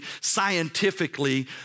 scientifically